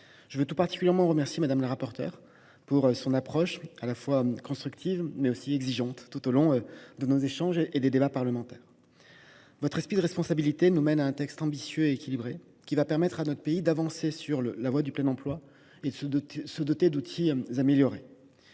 général. Tout particulièrement, je veux remercier Mme la rapporteure de son approche aussi constructive qu’exigeante tout au long de nos échanges et des débats parlementaires. Votre esprit de responsabilité nous mène à un texte ambitieux et équilibré, qui va permettre à notre pays d’avancer sur la voie du plein emploi et de se doter d’outils améliorés.